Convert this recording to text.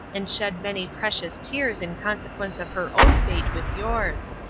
and shed many precious tears in consequence of her own fate with yours.